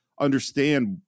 understand